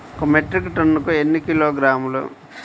ఒక మెట్రిక్ టన్నుకు ఎన్ని కిలోగ్రాములు?